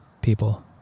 people